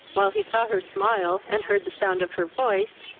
while he saw her smile, and heard the sound of her voice,